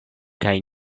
kaj